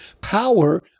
power